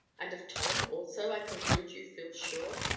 and of tom, also, i conclude you feel sure?